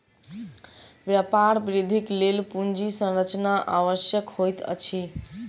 व्यापार वृद्धिक लेल पूंजी संरचना आवश्यक होइत अछि